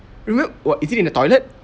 remem~ what is it in the toilet